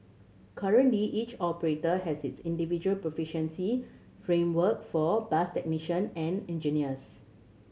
currently each operator has its individual proficiency framework for bus technician and engineers